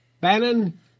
Bannon